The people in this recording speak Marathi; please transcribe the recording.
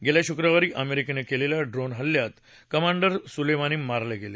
गेल्या शुक्रवारी अमेरिकेनं केलेल्या ड्रोन हल्ल्यात कमांडर सुलेमानी मारले गेले